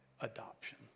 adoption